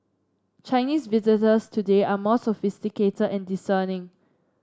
Chinese visitors today are more sophisticated and discerning